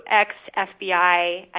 ex-FBI